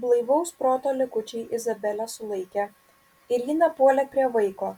blaivaus proto likučiai izabelę sulaikė ir ji nepuolė prie vaiko